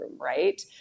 right